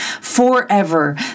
forever